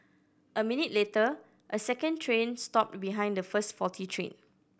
a minute later a second train stopped behind the first faulty train